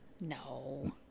No